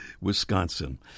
Wisconsin